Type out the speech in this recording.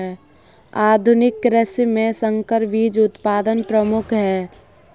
आधुनिक कृषि में संकर बीज उत्पादन प्रमुख है